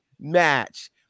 match